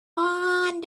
one